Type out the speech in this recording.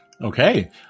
Okay